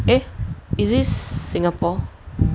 eh is this singapore